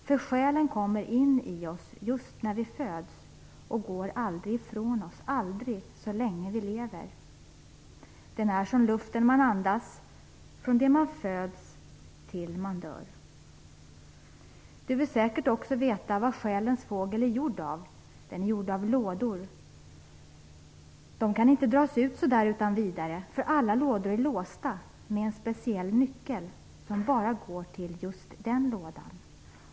För själen kommer in i oss just när vi föds och går aldrig ifrån oss, aldrig så länge vi lever. Den är som luften man andas från det man föds tills man dör. Du vill säkert också veta vad Själens Fågel är gjord av. Den är gjord av lådor. De kan inte dras ut så där utan vidare, för alla lådor är låsta med en speciell nyckel som bara går till just den lådan!